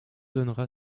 donnera